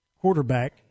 quarterback